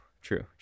true